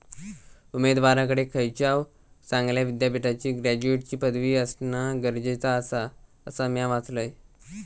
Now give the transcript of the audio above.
उमेदवाराकडे खयच्याव चांगल्या विद्यापीठाची ग्रॅज्युएटची पदवी असणा गरजेचा आसा, असा म्या वाचलंय